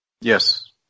Yes